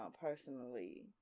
personally